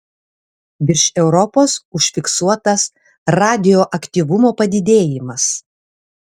virš europos užfiksuotas radioaktyvumo padidėjimas